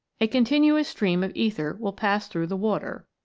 a continuous stream of ether will pass through the water,